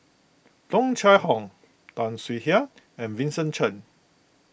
Tung Chye Hong Tan Swie Hian and Vincent Cheng